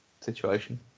situation